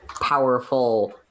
powerful